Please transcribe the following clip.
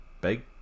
big